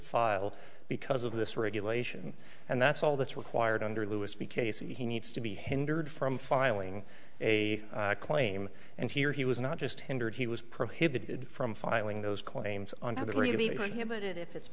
file because of this regulation and that's all that's required under louis b case he needs to be hindered from filing a claim and here he was not just hindered he was prohibited from filing those claims on